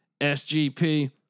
SGP